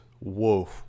whoa